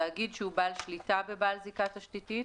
תאגיד שהוא בעל שליטה בבעל זיקה תשתיתית,